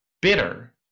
bitter